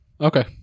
okay